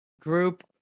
Group